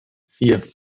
vier